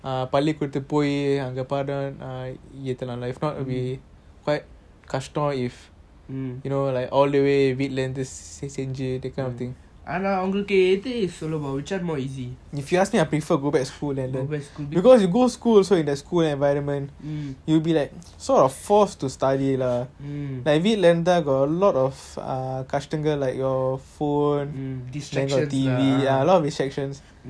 err பள்ளிக்கூடம் பொய் அங்க பாடம் எத்தலம்:pallikoodam poi anga paadam yeathalam if not we கஷடம்:kasatam um you know like all the way வீட்டுல இருந்து செஞ்சி:veetula irunthu senji this kind of thing if you ask me I prefer go back school leh because you go school in the school environment you will be like sort of forced to study lah like வீட்டுல இருந்த:veetula iruntha got a lot of கஷ்டங்கள்:kastangal like your phone or your T_V ya a lot of distractions